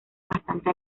bastante